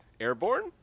airborne